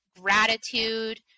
gratitude